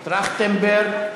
טרכטנברג,